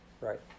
right